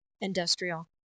industrial